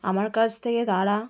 আমার কাছ থেকে তারা